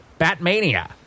Batmania